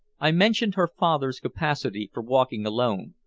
i mentioned her father's capacity for walking alone,